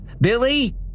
Billy